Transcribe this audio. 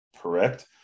correct